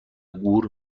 گور